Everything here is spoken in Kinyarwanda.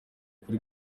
kuri